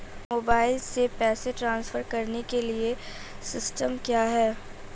Mobile से पैसे transfer करने के लिए सिस्टम क्या है?